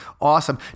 awesome